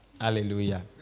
Hallelujah